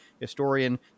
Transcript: historian